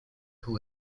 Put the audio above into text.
who